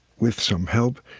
with some help,